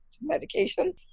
medication